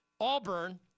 Auburn